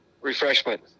refreshment